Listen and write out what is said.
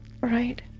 Right